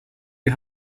you